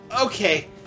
Okay